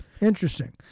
Interesting